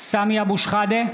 סמי אבו שחאדה,